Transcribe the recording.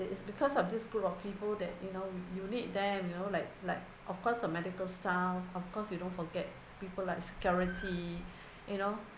it is because of this group of people that you know you need them you know like like of course a medical style of course you don't forget people like security you know